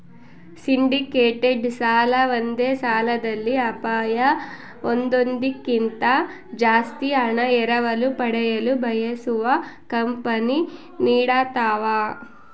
syndicated ಸಾಲ ಒಂದೇ ಸಾಲದಲ್ಲಿ ಅಪಾಯ ಹೊಂದೋದ್ಕಿಂತ ಜಾಸ್ತಿ ಹಣ ಎರವಲು ಪಡೆಯಲು ಬಯಸುವ ಕಂಪನಿ ನೀಡತವ